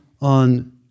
on